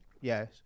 Yes